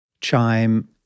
chime